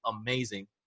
amazing